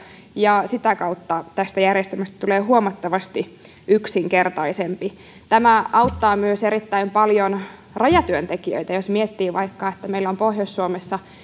ja sitä kautta tästä järjestelmästä tulee huomattavasti yksinkertaisempi tämä auttaa myös erittäin paljon rajatyöntekijöitä jos vaikka miettii että meillä on pohjois suomessa